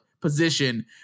position